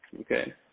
Okay